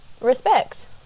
respect